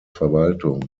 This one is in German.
verwaltung